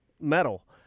metal